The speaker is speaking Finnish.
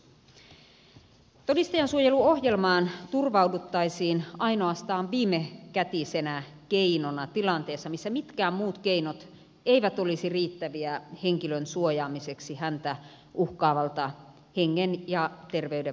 todistajansuojeluohjelmaan turvauduttaisiin ainoastaan viimekätisenä keinona tilanteessa missä mitkään muut keinot eivät olisi riittäviä henkilön suojaamiseksi häntä uhkaavalta hengen ja terveyden vaaralta